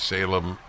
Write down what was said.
Salem